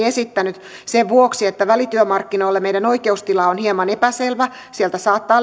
esittänyt sen vuoksi että välityömarkkinoilla meidän oikeustila on hieman epäselvä sieltä saattaa